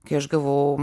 kai aš gavau